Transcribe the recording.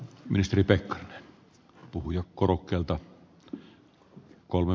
ministeri pekkarinen puhujakorokkeelta kolme